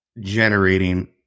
generating